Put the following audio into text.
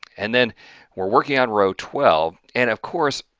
and then we're working on row twelve, and of course,